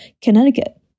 connecticut